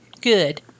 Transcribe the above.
good